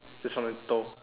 just want to toh